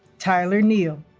tyler neal